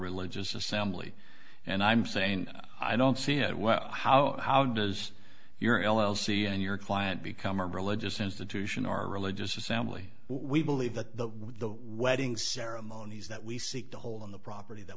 religious assembly and i'm saying i don't see it well how how does your l l c and your client become a religious institution or religious assembly we believe that the wedding ceremonies that we seek to hold on the property that